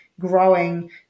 growing